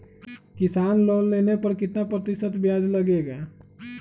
किसान लोन लेने पर कितना प्रतिशत ब्याज लगेगा?